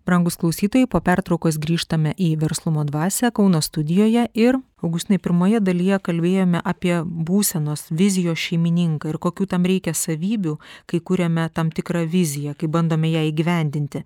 brangūs klausytojai po pertraukos grįžtame į verslumo dvasią kauno studijoje ir augustinai pirmoje dalyje kalbėjome apie būsenos vizijos šeimininką ir kokių tam reikia savybių kai kuriame tam tikrą viziją kaip bandome ją įgyvendinti